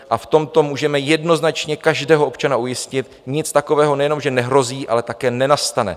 A v tomto můžeme jednoznačně každého občana ujistit: nic takového nejenom že nehrozí, ale také nenastane.